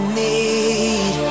need